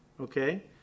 okay